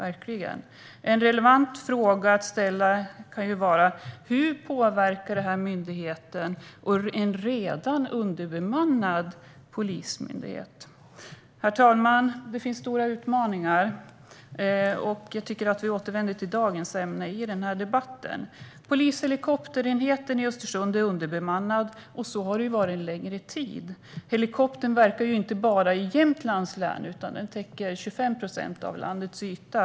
En relevant fråga kan vara: Hur påverkar detta en redan underbemannad polismyndighet? Herr talman! Det finns stora utmaningar. Jag tycker att vi återvänder till dagens ämne i debatten. Polishelikopterenheten i Östersund är underbemannad, och så har det varit en längre tid. Helikoptern verkar inte bara i Jämtlands län utan den täcker 25 procent av landets yta.